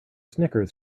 snickers